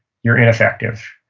you're ineffective.